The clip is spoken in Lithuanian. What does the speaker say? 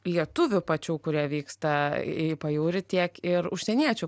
lietuvių pačių kurie vyksta į pajūrį tiek ir užsieniečių